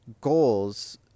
goals